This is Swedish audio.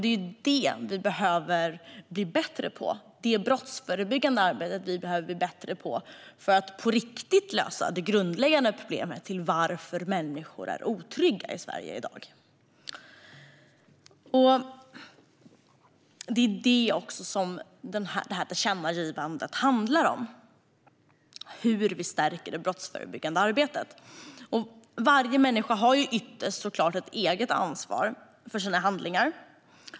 Det är det vi behöver bli bättre på; det är det brottsförebyggande arbetet vi behöver bli bättre på för att på riktigt lösa det grundläggande problemet med att människor är otrygga i Sverige i dag. Det är också det tillkännagivandet handlar om: hur vi stärker det brottsförebyggande arbetet. Varje människa har ytterst ett eget ansvar för sina handlingar.